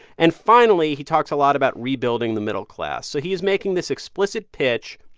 and finally, he talks a lot about rebuilding the middle class. so he is making this explicit pitch,